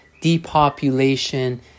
depopulation